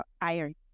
iron